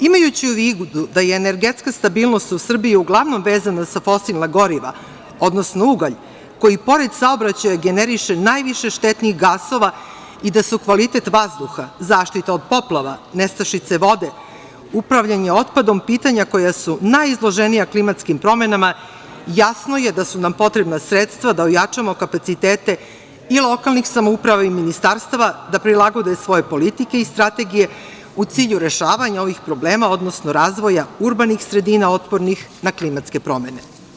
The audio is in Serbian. Imajući u vidu da je energetska stabilnost u Srbiji uglavnom vezana za fosilna goriva, odnosno ugalj, koji pored saobraćaja generiše najviše štetnih gasova i da su kvalitet vazduha, zaštita od poplava, nestašice vode, upravljanje otpadom pitanja koja su najizloženija klimatskim promenama, jasno je da su nam potrebna sredstva da ojačamo kapacitete i lokalnih samouprava i ministarstava, da prilagode svoje politike i strategije, u cilju rešavanja ovih problema, odnosno razvoja urbanih sredina otpornih na klimatske promene.